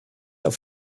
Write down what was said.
auf